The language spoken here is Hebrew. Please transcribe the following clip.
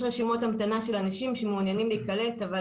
יש רשימות המתנה של אנשים שמעוניינים להיקלט אבל